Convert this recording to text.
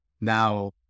now